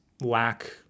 lack